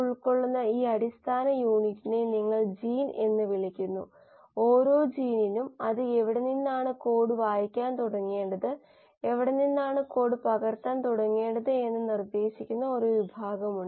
ഉയർന്ന താപനില സ്റ്റേറിലൈസേഷനോ താപ സ്റ്റേറിലൈസേഷനോ അനുസരിച്ച് ചില കൈനേറ്റിക്സുകൾ നാം പരിശോധിച്ചു